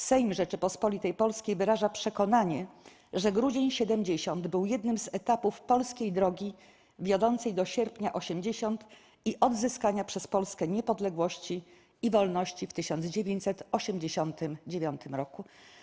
Sejm Rzeczypospolitej Polskiej wyraża przekonanie, że Grudzień ’70 był jednym z etapów polskiej drogi wiodącej do Sierpnia ’80 i odzyskania przez Polskę niepodległości i wolności w 1989 r.